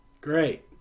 Great